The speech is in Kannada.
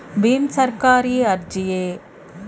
ಭೀಮ್ ಸರ್ಕಾರಿ ಅರ್ಜಿಯೇ?